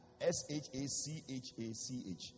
S-H-A-C-H-A-C-H